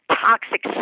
toxic